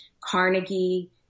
Carnegie